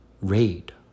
Raid